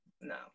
No